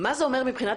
מה זה אומר במהות.